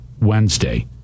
Wednesday